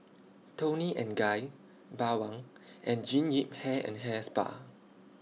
Toni and Guy Bawang and Jean Yip Hair and Hair Spa